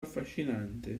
affascinante